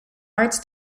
arts